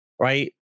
right